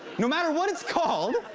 no matter what it's called,